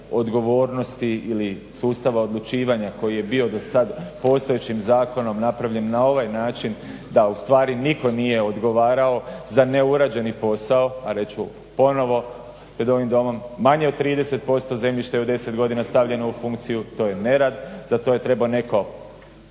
odgovornosti ili sustava odlučivanja koji je bio do sad postojećim zakonom napravljen na ovaj način da u stvari nitko nije odgovarao za neurađeni posao. A reći ću ponovo pred ovim Domom manje od 30% zemljišta je u 10 godina stavljeno u funkciju. To je nerad. Za to je trebao netko